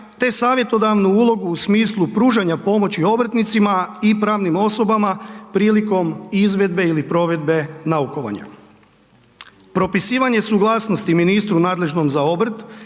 te savjetodavnu ulogu u smislu pružanja pomoći obrtnicima i pravnim osobama prilikom izvedbe ili provedbe naukovanja. Propisivanje suglasnosti ministru nadležnom za obrt